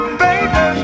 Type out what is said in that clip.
baby